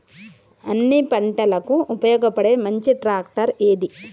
అన్ని పంటలకు ఉపయోగపడే మంచి ట్రాక్టర్ ఏది?